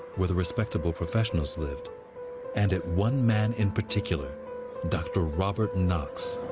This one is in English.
where the respectable professionals lived and at one man in particular dr. robert knox.